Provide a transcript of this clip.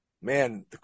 man